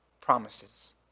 promises